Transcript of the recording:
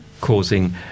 causing